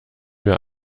wir